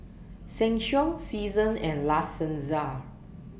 Sheng Siong Seasons and La Senza